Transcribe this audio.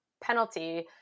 penalty